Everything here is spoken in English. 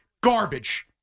Garbage